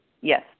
Yes